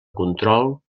control